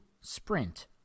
Sprint